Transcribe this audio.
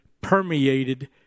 permeated